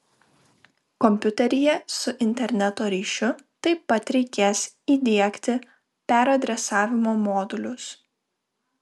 kompiuteryje su interneto ryšiu taip pat reikės įdiegti peradresavimo modulius